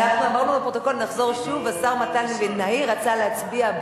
שהשר מתן וילנאי רצה גם להצביע.